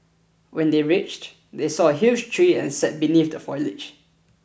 when they reached they saw a huge tree and sat beneath the foliage